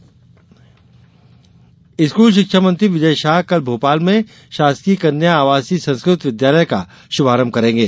संस्कृत विद्यालय स्कूल शिक्षा मंत्री विजय शाह कल भोपाल में शासकीय कन्या आवासीय संस्कृत विद्यालय का शुभारंभ करेंगे